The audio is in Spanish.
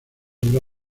obra